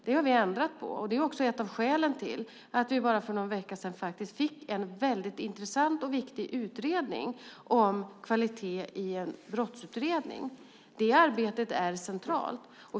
Det har vi ändrat på, och det är också ett av skälen till att vi för bara någon vecka sedan fick en mycket intressant och viktig utredning om kvalitet i brottsutredningar. Det arbetet är centralt.